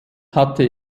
hatte